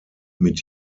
mit